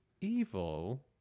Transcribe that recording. evil